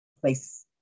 place